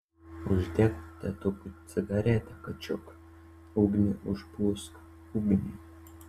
uždek tėtukui cigaretę kačiuk ugnį užpūsk ugnį